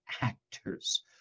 actors